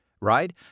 right